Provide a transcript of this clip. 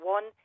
One